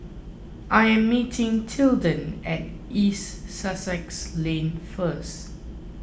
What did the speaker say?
I am meeting Tilden at East Sussex Lane first